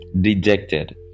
dejected